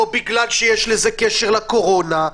לא בגלל שיש לזה קשר לקורונה,